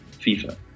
FIFA